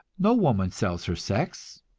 no woman sells her sex,